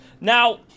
Now